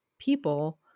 people